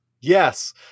yes